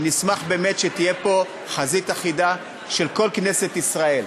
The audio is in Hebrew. ונשמח באמת שתהיה פה חזית אחידה של כל כנסת ישראל,